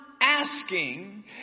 asking